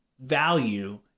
value